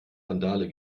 randale